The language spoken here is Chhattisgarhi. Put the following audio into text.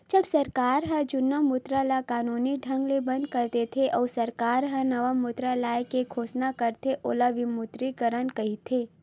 जब सरकार ह जुन्ना मुद्रा ल कानूनी ढंग ले बंद कर देथे, अउ सरकार ह नवा मुद्रा लाए के घोसना करथे ओला विमुद्रीकरन कहिथे